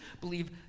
believe